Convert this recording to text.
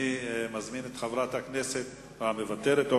אני מזמין את חברת הכנסת, מוותרת?